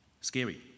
scary